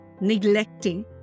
neglecting